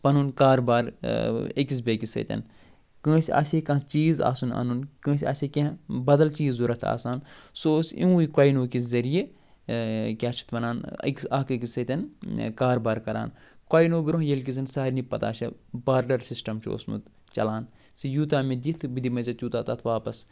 پنُن کار بار أکَِس بیٚکِس سۭتۍ کٲنٛسہِ آسہِ ہے کانٛہہ چیٖز آسُن اَنُن کٲنٛسہِ آسہِ ے کیٚنٛہہ بدل چیٖز ضوٚرَتھ آسان سُہ اوس یِموٕے کۄینو کہِ ذ ریعہ کیٛاہ چھِ اَتھ وَنان أکِس اَکھ أکِس سۭتۍ کاربار کَران کۄینو برٛۄنٛہہ ییٚلہِ کہِ زن سارنی پتہ چھِ بارلر سِسٹم چھُ اوسمُت چَلان ژٕ یوٗتاہ مےٚ دِکھ تہٕ بہٕ دِمَے ژےٚ تیوٗتاہ تتھ واپس